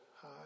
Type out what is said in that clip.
hi